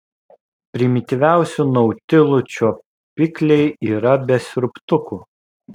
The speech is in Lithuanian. primityviausių nautilų čiuopikliai yra be siurbtukų